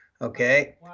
Okay